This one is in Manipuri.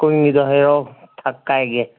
ꯀꯨꯟꯒꯤꯗꯣ ꯍꯩꯔꯛꯑꯣ ꯊꯛꯀꯥꯏꯒꯦ